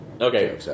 Okay